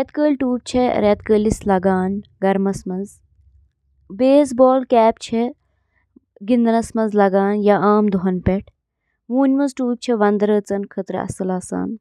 اکھ کیمرا یُس digital memory منٛز فوٹو رٹان چھُ۔ ایمِچ کٲم چِھ کُنہِ چیزٕ یا موضوع پیٹھہٕ لائٹ ایکہِ یا زیادٕہ لینزٕ کہِ ذریعہِ کیمراہس منز گزران۔ لینس چھِ گاشَس کیمراہَس منٛز ذخیرٕ کرنہٕ آمٕژ فلمہِ پٮ۪ٹھ توجہ دِوان۔